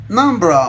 number